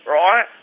right